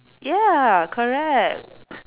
ya correct